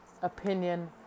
opinion